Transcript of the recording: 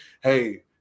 hey